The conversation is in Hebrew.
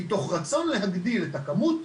מתוך רצון להגדיל את הכמות,